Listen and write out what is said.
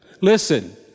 Listen